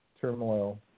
turmoil